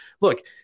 look